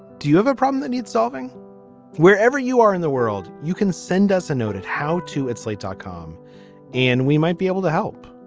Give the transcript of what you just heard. do you have a problem that needs solving wherever you are in the world. you can send us a noted how to it's late talk home and we might be able to help.